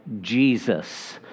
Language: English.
Jesus